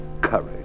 Courage